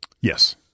Yes